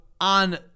on